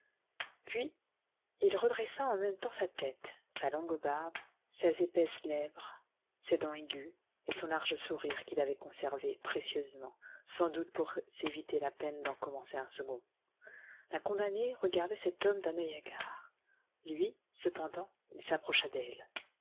puis il redressa en même temps sa tête sa longue barbe ses épaisses lèvres ses dents aiguës et son large sourire qu'il avait conservé précieusement sans doute pour s'éviter la peine d'en commencer un second la condamnée regardait cet homme d'un oeil hagard lui cependant il s'approcha